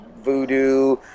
Voodoo